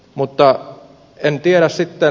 mutta en tiedä sitten